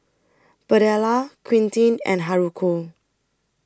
Birdella Quentin and Haruko